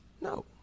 No